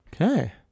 okay